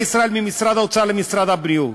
ישראל ממשרד האוצר למשרד הבריאות,